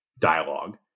dialogue